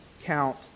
count